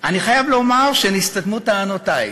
אני חייב לומר שנסתתמו טענותי,